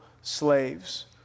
slaves